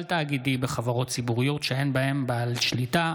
תאגידי בחברות ציבוריות שאין בהן בעל שליטה),